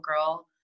girl